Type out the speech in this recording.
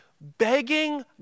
begging